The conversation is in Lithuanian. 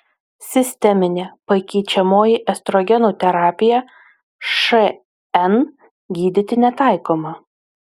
sisteminė pakeičiamoji estrogenų terapija šn gydyti netaikoma